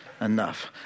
enough